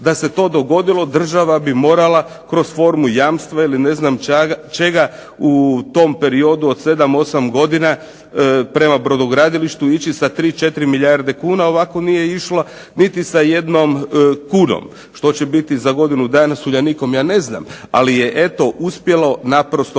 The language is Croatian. Da se to dogodilo država bi morala kroz formu jamstva ili ne znam čega u tom periodu od 7, 8 godina prema brodogradilištu ići sa 3, 4 milijarde kuna, ovako nije išla niti sa jednom kunom. Što će biti za godinu dana sa Uljanikom? Ja ne znam, ali je eto uspjelo naprosto preživjeti.